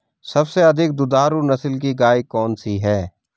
सबसे अधिक दुधारू नस्ल की गाय कौन सी है?